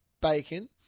bacon